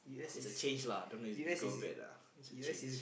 there's a change lah don't know if it's good or bad lah it's a change